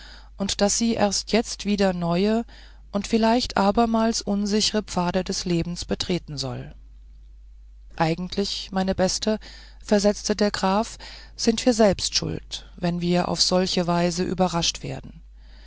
und daß sie erst wieder neue und vielleicht abermals unsichre pfade des lebens betreten soll eigentlich meine beste versetzte der graf sind wir selbst schuld wenn wir auf solche weise überrascht werden